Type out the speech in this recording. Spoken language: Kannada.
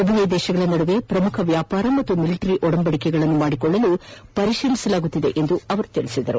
ಉಭಯ ದೇಶಗಳ ನಡುವೆ ಪ್ರಮುಖ ವ್ಯಾಪಾರ ಮತ್ತು ಮಿಲಿಟರಿ ಒಡಂಬಡಿಕೆಗಳನ್ನು ಮಾಡಿಕೊಳ್ಳಲು ಪರಿಶೀಲನೆ ನಡೆಸಲಾಗುತ್ತಿದೆ ಎಂದು ಹೇಳಿದರು